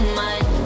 mind